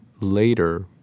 later